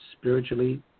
spiritually